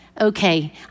okay